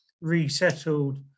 resettled